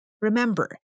Remember